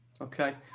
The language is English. Okay